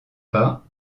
pas